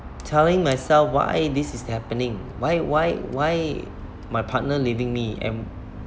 telling myself why this is happening why why why my partner leaving me and